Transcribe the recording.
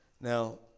Now